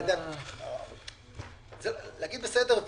להגיד בסדר,